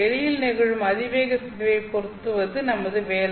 வெளியில் நிகழும் அதிவேக சிதைவை பொருத்துவது நமது வேலை